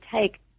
take